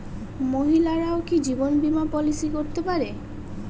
মহিলারাও কি জীবন বীমা পলিসি করতে পারে?